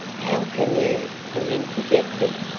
how can you, he interjected.